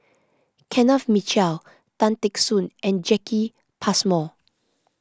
Kenneth Mitchell Tan Teck Soon and Jacki Passmore